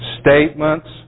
statements